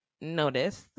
notice